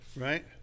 right